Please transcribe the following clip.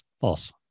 False